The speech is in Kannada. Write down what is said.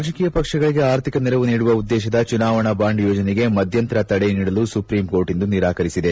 ರಾಜಕೀಯ ಪಕ್ಷಗಳಿಗೆ ಆರ್ಥಿಕ ನೆರವು ನೀಡುವ ಉದ್ದೇಶದ ಚುನಾವಣಾ ಬಾಂಡ್ ಯೋಜನೆಗೆ ಮಧ್ಯಂತರ ತಡೆ ನೀಡಲು ಸುಪ್ರೀಂಕೋರ್ಟ್ ಇಂದು ನಿರಾಕರಿಸಿದೆ